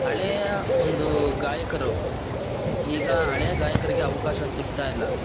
ಹಳೆಯ ಒಂದು ಗಾಯಕರು ಈಗ ಹಳೆಯ ಗಾಯಕರಿಗೆ ಅವಕಾಶ ಸಿಗ್ತಾ ಇಲ್ಲ